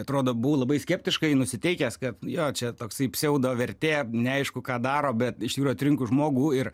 atrodo buvau labai skeptiškai nusiteikęs kad jo čia toksai pseudo vertė neaišku ką daro bet iš tikrų atrinkus žmogų ir